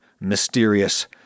mysterious